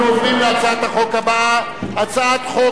אנחנו עוברים להצעת החוק הבאה: הצעת חוק